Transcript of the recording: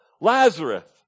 Lazarus